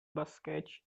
basquete